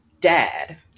dad